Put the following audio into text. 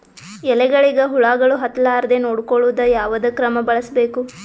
ಎಲೆಗಳಿಗ ಹುಳಾಗಳು ಹತಲಾರದೆ ನೊಡಕೊಳುಕ ಯಾವದ ಕ್ರಮ ಬಳಸಬೇಕು?